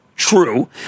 true